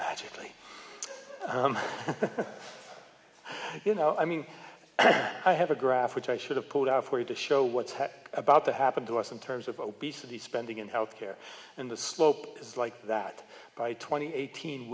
magically you know i mean i have a graph which i should have pulled out for you to show what's happening about to happen to us in terms of obesity spending in health care and the slope is like that by twenty eighteen